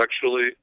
sexually